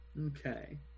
Okay